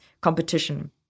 competition